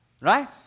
right